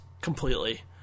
completely